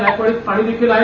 जायकवाडीत पाणीदेखील आहे